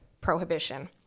prohibition